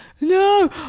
No